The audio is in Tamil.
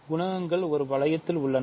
குணகங்கள் ஒரு வளையத்தில் உள்ளன